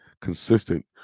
consistent